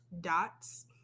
dots